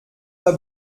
pas